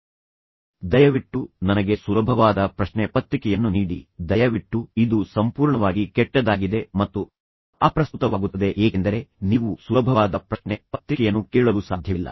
ದಯವಿಟ್ಟು ನೀವು ಬಳಸಿದರೂ ನನಗೆ ಸುಲಭವಾದ ಪ್ರಶ್ನೆ ಪತ್ರಿಕೆಯನ್ನು ನೀಡಿ ದಯವಿಟ್ಟು ಇದು ಸಂಪೂರ್ಣವಾಗಿ ಕೆಟ್ಟದಾಗಿದೆ ಮತ್ತು ಅಪ್ರಸ್ತುತವಾಗುತ್ತದೆ ಏಕೆಂದರೆ ನೀವು ಸುಲಭವಾದ ಪ್ರಶ್ನೆ ಪತ್ರಿಕೆಯನ್ನು ಕೇಳಲು ಸಾಧ್ಯವಿಲ್ಲ